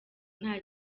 nta